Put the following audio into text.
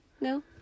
No